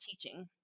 teaching